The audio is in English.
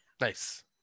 nice